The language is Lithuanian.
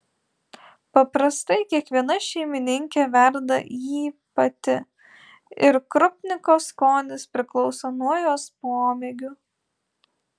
paprastai kiekviena šeimininkė verda jį pati ir krupniko skonis priklauso nuo jos pomėgių